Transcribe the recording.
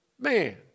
man